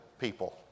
people